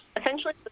essentially